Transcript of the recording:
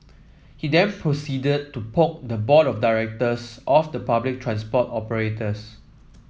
he then proceeded to poke the board of directors of the public transport operators